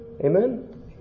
Amen